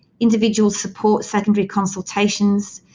individual support, secondary consultations,